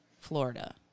Florida